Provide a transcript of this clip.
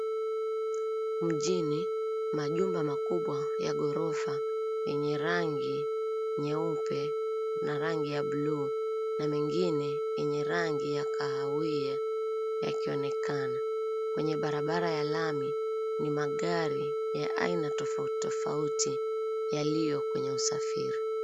Mjini majumba makubwa ya ghorofa yenye rangi nyeupe na rangi ya buluu na mingine yenye rangi ya kahawia yakionekana. Kwenye barabara ya lami ni magari ya aina tofauti tofauti yaliyo kwenye usafiri.